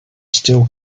still